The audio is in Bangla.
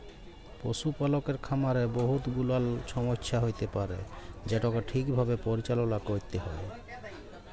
পশুপালকের খামারে বহুত গুলাল ছমচ্যা হ্যইতে পারে যেটকে ঠিকভাবে পরিচাললা ক্যইরতে হ্যয়